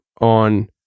on